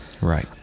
Right